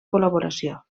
col·laboració